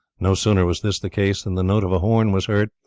no sooner was this the case than the note of a horn was heard,